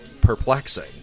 perplexing